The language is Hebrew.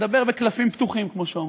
ולדבר בקלפים פתוחים, כמו שאומרים,